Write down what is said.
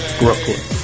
brooklyn